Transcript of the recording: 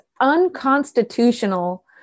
unconstitutional